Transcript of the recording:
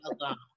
alone